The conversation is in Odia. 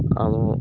ଆମ